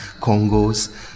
Congo's